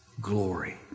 glory